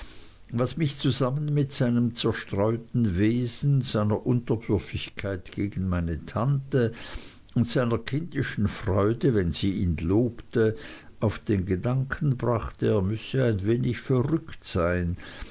was mich zusammen mit seinem zerstreuten wesen seiner unterwürfigkeit gegen meine tante und seiner kindischen freude wenn sie ihn lobte auf den gedanken brachte er müsse ein wenig verrückt sein